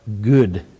good